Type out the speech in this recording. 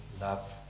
love